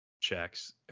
checks